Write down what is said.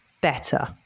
better